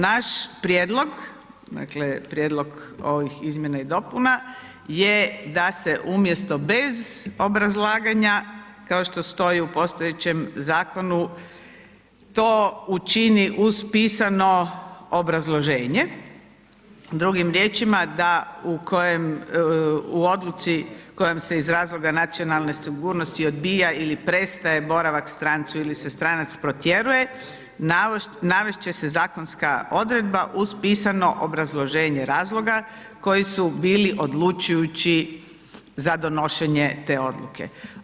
Naš prijedlog, dakle prijedlog ovih izmjena i dopuna, je da se umjesto bez obrazlaganja kao što stoji u postojećem Zakonu, to učini uz pisano obrazloženje, drugim riječima da u Odluci kojom se iz razloga nacionalne sigurnosti odbija ili prestaje boravak strancu, ili se stranac protjeruje navest će se zakonska odredba uz pisano obrazloženje razloga koji su bili odlučujući za donošenje te Odluke.